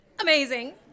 Amazing